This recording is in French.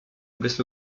noblesse